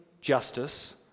justice